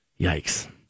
Yikes